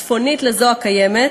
צפונית לזו הקיימת,